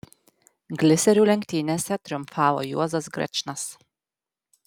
gliserių lenktynėse triumfavo juozas grečnas